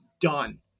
done